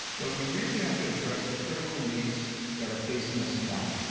but we really have to address the critical needs that are facing us now.